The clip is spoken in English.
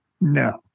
No